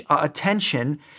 attention